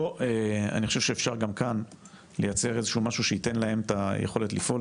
אני חושב שאפשר גם כאן לייצר משהו שייתן להם את היכולת לפעול,